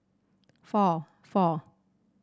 four four